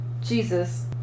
Jesus